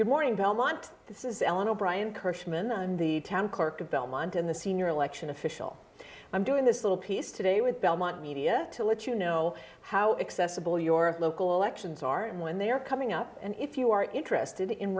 good morning belmont this is ellen o'brien kirsch mn and the town clerk of belmont in the senior election official i'm doing this little piece today with belmont media to let you know how accessible your local elections are and when they are coming up and if you are interested in